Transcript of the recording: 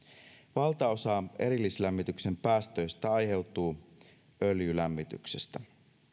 valtaosa erillislämmityksen päästöistä aiheutuu öljylämmityksestä